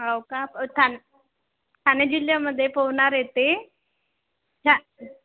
हो का ठाणे ठाणे जिल्ह्यामध्ये पवनार येते ह्या